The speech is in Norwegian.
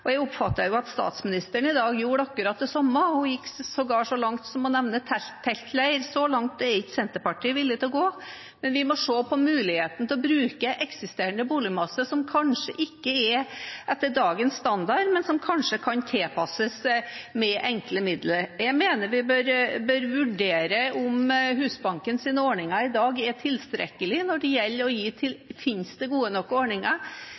og jeg oppfatter at statsministeren i dag gjorde akkurat det samme. Hun gikk sågar så langt som til å nevne teltleir. Så langt er ikke Senterpartiet villig til å gå, men vi må se på muligheten til å bruke eksisterende boligmasse som kanskje ikke er etter dagens standard, men som kanskje kan tilpasses med enkle midler. Jeg mener vi bør vurdere om Husbankens ordninger i dag er tilstrekkelig – finnes det gode nok ordninger – og gi tilskudd til